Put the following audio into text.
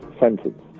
sentence